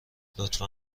لطفا